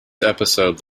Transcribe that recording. episode